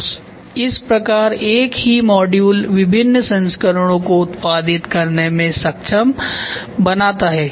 तो इस प्रकार एक ही मॉड्यूल विभिन्न संस्करणों को उत्पादित करने में सक्षम बनाता है